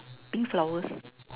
pink flowers